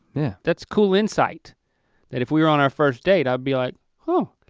yeah. that's cool insight that if we were on our first date, i'd be like oh,